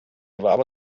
erwarb